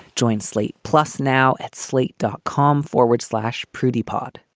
joint slate plus now at slate dot com forward slash prudy pod